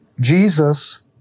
Jesus